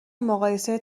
مقایسه